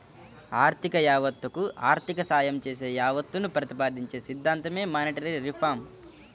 ఆర్థిక యావత్తకు ఆర్థిక సాయం చేసే యావత్తును ప్రతిపాదించే సిద్ధాంతమే మానిటరీ రిఫార్మ్